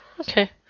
Okay